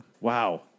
Wow